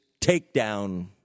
takedown